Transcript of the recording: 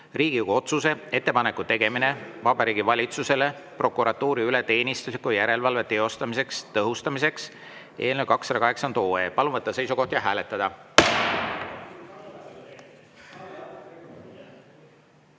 Riigikogu otsuse "Ettepaneku tegemine Vabariigi Valitsusele prokuratuuri üle teenistusliku järelevalve teostamise tõhustamiseks" eelnõu 280. Palun võtta seisukoht ja hääletada!